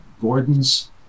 Gordon's